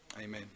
Amen